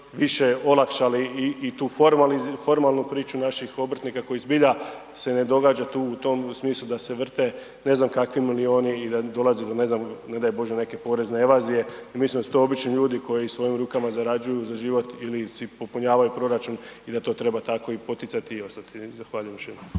više olakšali i tu formalnu priču naših obrtnika koji zbilja se ne događa tu u tom smislu da se vrte ne znam kakvi milijuni i da dolazi do ne znam, ne daj bože, neke porezne evazije jer mislim da su to obični ljudi koji svojim rukama zarađuju za život ili si popunjavaju proračun i da to treba tako i poticati i ostati. Zahvaljujem još